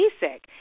basic